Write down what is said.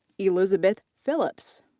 elizabeth phillips.